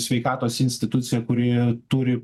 sveikatos instituciją kuri turi